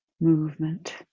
movement